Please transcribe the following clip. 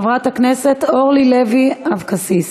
חברת הכנסת אורלי לוי אבקסיס.